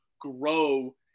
grow